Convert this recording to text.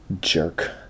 jerk